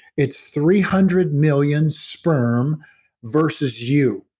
it's three hundred million sperm versus you,